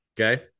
Okay